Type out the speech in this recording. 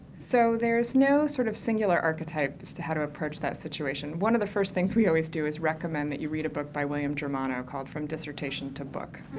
so there's no sort of singular archetype as to how to approach that situation. one of the first things we always do is recommend that you read a book by william germana called from dissertation to book.